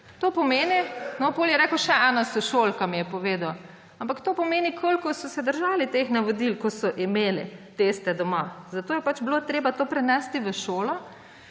testirati.« No, potem je rekel, še ena sošolka, mi je povedal. Ampak to pomeni, koliko so se držali teh navodil, ko so imeli teste doma. Zato je pač bilo treba to prenesti v šolo.